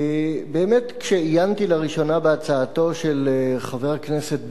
באמת כשעיינתי לראשונה בהצעתו של חבר הכנסת בן-ארי,